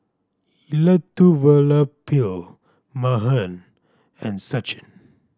Elattuvalapil Mahan and Sachin